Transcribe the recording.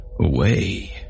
away